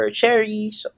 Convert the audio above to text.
cherries